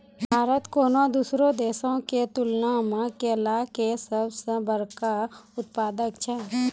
भारत कोनो दोसरो देशो के तुलना मे केला के सभ से बड़का उत्पादक छै